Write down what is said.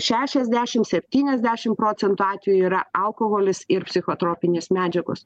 šešiasdešim septyniasdešim procentų atvejų yra alkoholis ir psichotropinės medžiagos